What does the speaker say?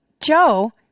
Joe